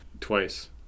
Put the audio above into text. twice